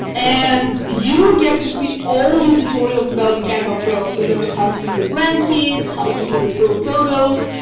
and you get to see all the tutorials about the canva pro. so there's how to use a brand kit, how to use the pro photos,